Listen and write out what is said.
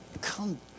come